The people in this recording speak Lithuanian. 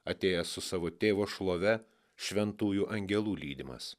atėjęs su savo tėvo šlove šventųjų angelų lydimas